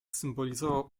symbolizował